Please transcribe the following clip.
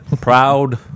Proud